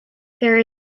there